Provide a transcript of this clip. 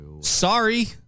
Sorry